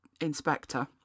inspector